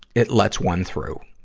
it lets one through.